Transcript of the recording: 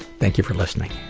thank you for listening.